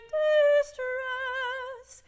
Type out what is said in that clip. distress